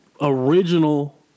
original